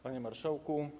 Panie Marszałku!